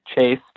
Chase